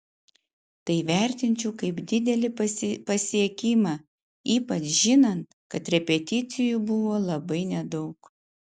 tai vertinčiau kaip didelį pasiekimą ypač žinant kad repeticijų buvo labai nedaug